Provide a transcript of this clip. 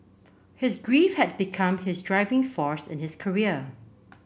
his grief had become his driving force in his career